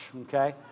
okay